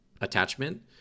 attachment